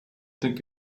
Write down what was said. think